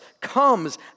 comes